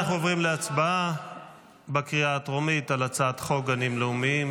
אנחנו עוברים להצבעה בקריאה הטרומית על הצעת חוק גנים לאומיים,